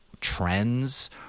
trends